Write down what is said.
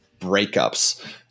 breakups